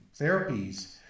therapies